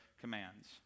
commands